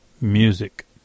Music